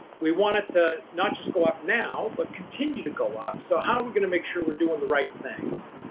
we want it to not just go up now but continue to go up, so how are we going to make sure we're doing the right things?